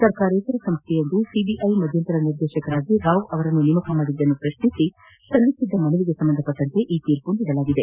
ಸರ್ಕಾರೇತರ ಸಂಸ್ವೆಯೊಂದು ಸಿಬಿಐ ಮಧ್ಯಂತರ ನಿರ್ದೇಶಕರಾಗಿ ರಾವ್ ಅವರನ್ನು ನೇಮಕ ಮಾಡಿದ್ದನ್ನು ಪ್ರಶ್ನಿಸಿ ಸಲ್ಲಿಸಿದ್ದ ಮನವಿಗೆ ಸಂಬಂಧಿಸಿದಂತೆ ಈ ತೀರ್ಪು ನೀಡಲಾಗಿದೆ